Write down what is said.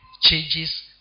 changes